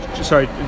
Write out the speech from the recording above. Sorry